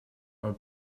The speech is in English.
her